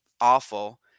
awful